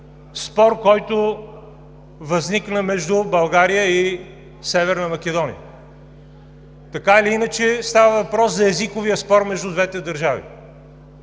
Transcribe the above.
спор, който възникна между България и Северна Македония. Така или иначе става въпрос за езиковия спор между двете държави